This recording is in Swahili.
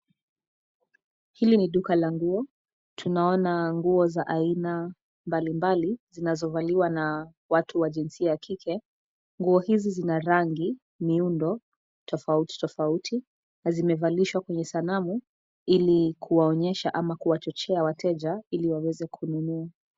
Hili ni duka la nguo, tunaona nguo za aina mbalimbali zinazovaliwa na watu wa jinsia ya kike. Nguo hizi zina rangi miundo tofautitofauti na zimevalishwa kwenye sanamu ili kuwaonyesha au kuwachochea wateja ili waweze kununua.